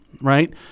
Right